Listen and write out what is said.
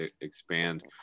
expand